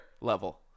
level